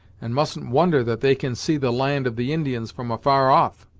and mustn't wonder that they can see the land of the indians from afar off.